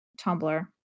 Tumblr